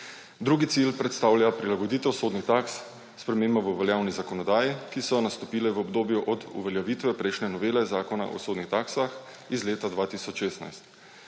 Drugi cilj predstavlja prilagoditev sodnih taks spremembam v veljavni zakonodaji, ki so nastopile v obdobju od uveljavitve prejšnje novele Zakona o sodnih taksah iz leta 2016.